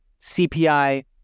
CPI